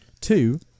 Two